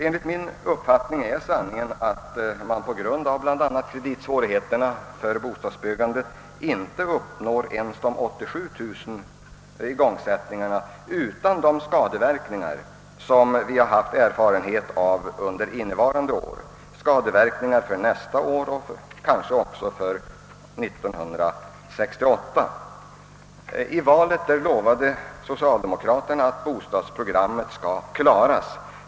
Enligt min uppfattning är sanningen, att man på grund av bl.a. kreditsvårigheterna för bostadsbyggandet inte uppnår ens 87 000 igångsättningar. Vi kommer att nästa år och även 1968 få känning av de skadeverkningar som vi haft erfarenhet av under innevarande år och 1965. I valet lovade socialdemokraterna att bostadsprogrammet skall klaras.